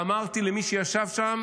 ואמרתי למי שישב שם,